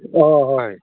ꯑꯧ ꯍꯣꯏ ꯍꯣꯏ